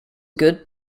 good